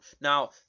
Now